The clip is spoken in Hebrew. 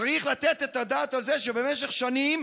צריך לתת את הדעת על זה שבמשך שנים